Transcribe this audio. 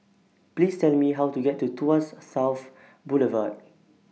Please Tell Me How to get to Tuas South Boulevard